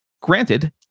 granted